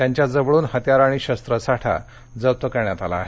त्यांच्याजवळून हत्यारं आणि शस्त्रसाठा जप्त करण्यात आला आहे